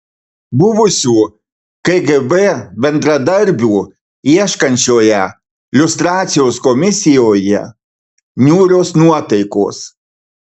buvusių kgb bendradarbių ieškančioje liustracijos komisijoje niūrios nuotaikos